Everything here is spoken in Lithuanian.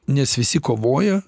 nes visi kovojo